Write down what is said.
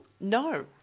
No